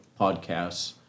podcasts